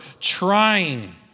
trying